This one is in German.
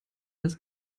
das